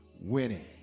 winning